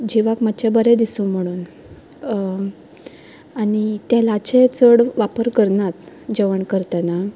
जिवाक मातशें बरें दिसूं म्हणून आनी तेलाचे चड वापर करनात जेवण करतना